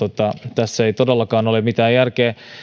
tässä ei todellakaan ole mitään järkeä